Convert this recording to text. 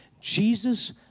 Jesus